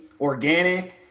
organic